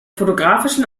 fotografischen